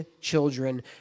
children